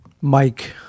Mike –